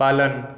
पालन